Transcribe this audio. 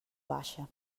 baixa